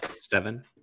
seven